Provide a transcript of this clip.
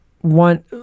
one